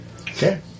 okay